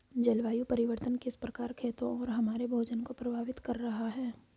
जलवायु परिवर्तन किस प्रकार खेतों और हमारे भोजन को प्रभावित कर रहा है?